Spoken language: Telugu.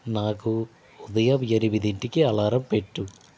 నాకు ఉదయం ఎనిమిదింటికి అల్లారం పెట్టు